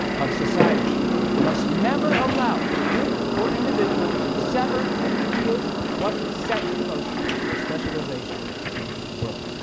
of society must never allow a group or individual to sever the ideals of what was set in motion before specialization changed the world.